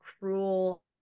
cruel